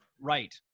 right